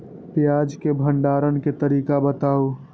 प्याज के भंडारण के तरीका बताऊ?